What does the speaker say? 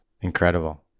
Incredible